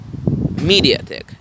Mediatek